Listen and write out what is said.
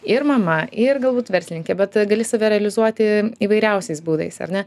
ir mama ir galbūt verslininkė bet gali save realizuoti įvairiausiais būdais ar ne